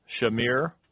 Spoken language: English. Shamir